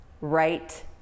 right